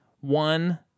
one